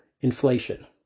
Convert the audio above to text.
inflation